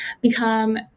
become